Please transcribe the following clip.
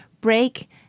break